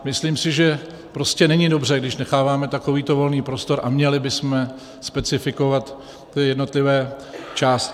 Myslím si, že prostě není dobře, když necháváme takovýto volný prostor, a měli bychom specifikovat ty jednotlivé částky.